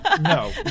No